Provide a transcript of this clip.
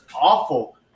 awful